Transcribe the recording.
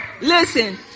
Listen